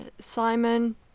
Simon